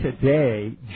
today